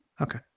Okay